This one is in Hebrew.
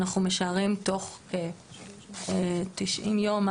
אנחנו משערים תוך 90 יום,